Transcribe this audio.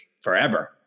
forever